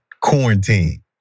quarantine